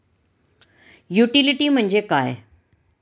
Utility म्हणजे काय?